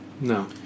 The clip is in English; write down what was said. No